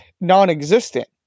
non-existent